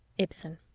ibsen